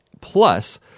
Plus